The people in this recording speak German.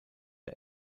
der